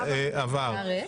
עבר.